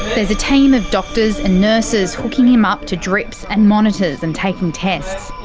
there's a team of doctors and nurses hooking him up to drips and monitors and taking tests.